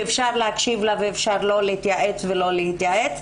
שאפשר להקשיב לה ואפשר לא להתייעץ איתה,